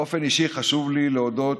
באופן אישי חשוב לי להודות